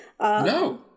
No